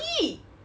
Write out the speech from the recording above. !ee!